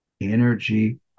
energy